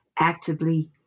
actively